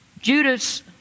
Judas